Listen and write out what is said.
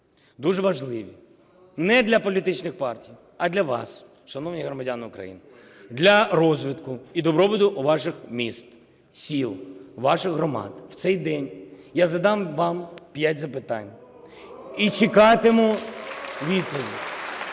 дуже важливі, не для політичних партій, а для вас, шановні громадяни України, для розвитку і добробуту ваших міст, сіл, ваших громад. У цей день я задам вам 5 запитань і чекатиму відповідь.